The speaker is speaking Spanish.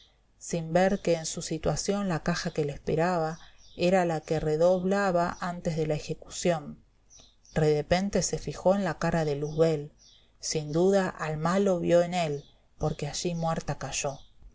sin ver que en su situación la caja que le esperaba era la que redoblaba antes de la ejecución redepente se fijó en la cara de luzbel sin duda al malo vio en él porque allí muerta cayó